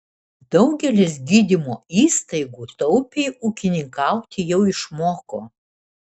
daugelis gydymo įstaigų taupiai ūkininkauti jau išmoko